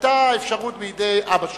היתה אפשרות בידי אבא שלי,